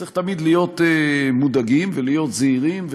צריך תמיד להיות מודאגים ולהיות זהירים,